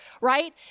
right